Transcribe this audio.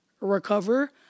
recover